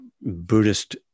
Buddhist